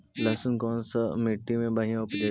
लहसुन कोन मट्टी मे बढ़िया उपजतै?